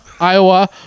Iowa